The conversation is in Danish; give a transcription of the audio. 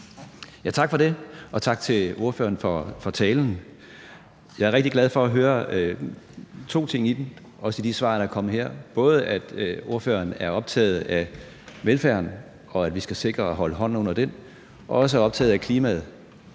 Tak for det, og tak til ordføreren for talen. Jeg er rigtig glad for at høre to ting i den og også i de svar, der er kommet her: både at ordføreren er optaget af velfærden og af, at vi skal sikre og holde hånden under den, og også af klimaet